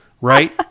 right